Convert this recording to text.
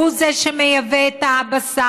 הוא זה שמייבא את הבשר,